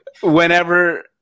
Whenever